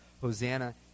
hosanna